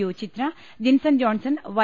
U Chitra Jinson Johnson Y